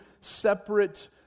separate